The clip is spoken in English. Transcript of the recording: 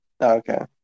okay